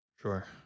sure